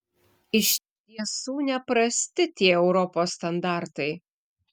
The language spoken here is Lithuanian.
iš tiesų neprasti tie europos standartai